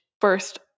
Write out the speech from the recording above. first